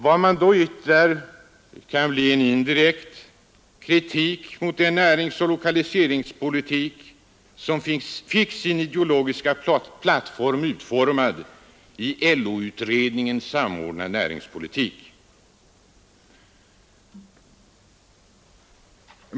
Vad man då yttrar blir en indirekt kritik mot den näringsoch lokaliseringspolitik som fick sin ideologiska plattform utformad i LO-utredningen Samordnad näringspolitik.